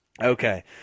Okay